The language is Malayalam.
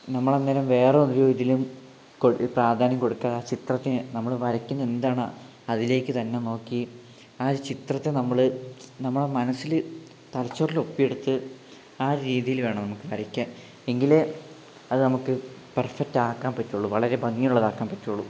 നമ്മളങ്ങനെ വേറെ ഒരു ഇതിലും കൊട് പ്രാധാന്യം കൊടുക്കാതെ ചിത്രത്തിന് നമ്മൾ വരയ്ക്കുന്നത് എന്താണോ അതിലേക്ക് തന്നെ നോക്കി ആ ഒരു ചിത്രത്തെ നമ്മൾ നമ്മുടെ മനസിൽ തലച്ചോറിൽ ഒപ്പി എടുത്ത് ആ ഒരു രീതിയിൽ വേണം നമുക്ക് വരക്കാൻ എങ്കിലേ അത് നമുക്ക് പെർഫക്റ്റ് ആക്കാൻ പറ്റുളളൂ വളരെ ഭംഗി ഉള്ളതാക്കാൻ പറ്റുളളൂ